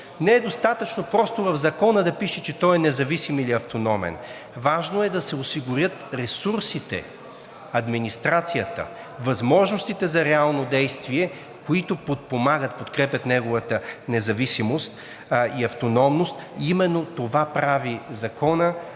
Не е достатъчно просто в Закона да пише, че той е независим или автономен. Важно е да се осигурят ресурсите, администрацията, възможностите за реално действие, които подпомагат и подкрепят неговата независимост и автономност. Именно това прави законът